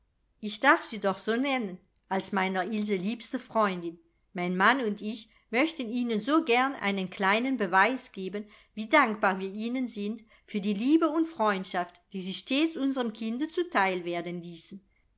ich darf sie doch so nennen als meiner ilse liebste freundin mein mann und ich möchten ihnen so gern einen kleinen beweis geben wie dankbar wir ihnen sind für die liebe und freundschaft die sie stets unsrem kinde zu teil werden ließen